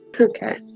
Okay